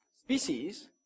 species